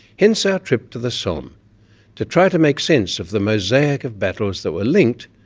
hence our trip to the somme to try to make sense of the mosaic of battles that were linked,